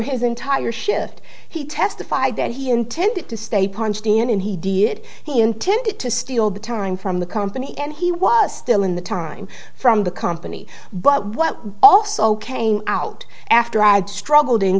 his entire shift he testified that he intended to stay parm stand and he did he intended to steal the time from the company and he was still in the time from the company but what also came out after i had struggled and